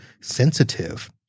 sensitive